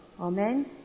Amen